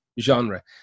genre